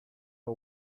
are